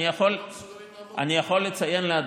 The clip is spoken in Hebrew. אני יכול לציין,